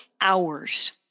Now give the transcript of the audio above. hours